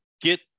get